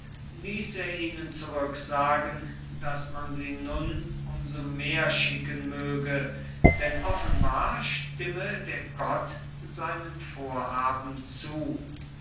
ließ er ihnen zurücksagen daß man sie nun um so mehr schicken möge denn offenbar stimme der gott seinem vorhaben zu